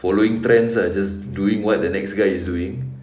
following trends ah just doing what the next guy is doing